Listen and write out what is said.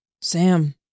Sam